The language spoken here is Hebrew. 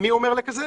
מי אומר לקזז?